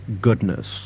goodness